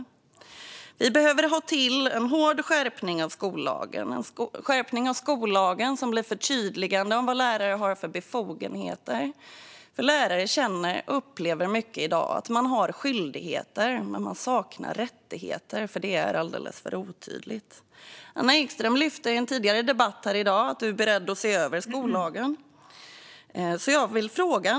Det behöver ske en hård skärpning av skollagen, som förtydligar vilka befogenheter lärare har. Lärare upplever att de har skyldigheter men saknar rättigheter eftersom lagen är alldeles för otydlig. Anna Ekström lyfte fram i en tidigare debatt i dag att hon är beredd att se över skollagen.